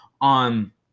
on